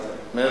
סימפתיה תמיד